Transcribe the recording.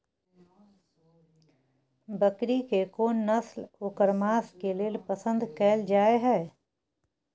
बकरी के कोन नस्ल ओकर मांस के लेल पसंद कैल जाय हय?